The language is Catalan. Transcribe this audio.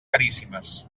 caríssimes